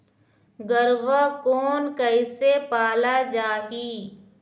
गरवा कोन कइसे पाला जाही?